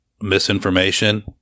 misinformation